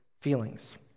feelings